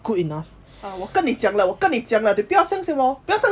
ah 我跟你讲了我跟你讲了你不要相信 lor 不要相信 lah